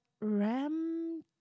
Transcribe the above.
ram